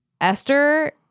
Esther